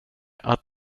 att